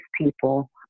people